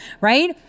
right